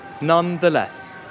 nonetheless